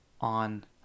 on